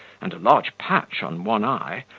and a large patch on one eye,